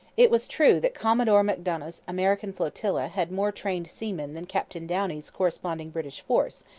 it was true that commodore macdonough's american flotilla had more trained seamen than captain downie's corresponding british force,